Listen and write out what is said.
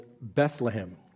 Bethlehem